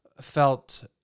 felt